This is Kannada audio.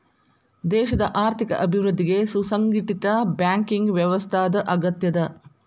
ದೇಶದ್ ಆರ್ಥಿಕ ಅಭಿವೃದ್ಧಿಗೆ ಸುಸಂಘಟಿತ ಬ್ಯಾಂಕಿಂಗ್ ವ್ಯವಸ್ಥಾದ್ ಅಗತ್ಯದ